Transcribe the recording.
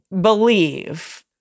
believe